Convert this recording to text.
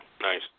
Nice